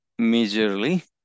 majorly